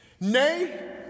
Nay